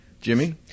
Jimmy